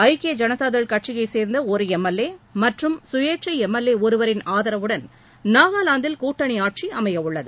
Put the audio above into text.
ஐக்கிய ஜனதா தள் கட்சியை சேர்ந்த ஒரு எம்எல்ஏ மற்றும் சுயேட்சை எம் எல் ஏ ஒருவரின் ஆதரவுடன் நாகாலாந்தில் கூட்டணி ஆட்சி அமையவுள்ளது